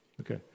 Okay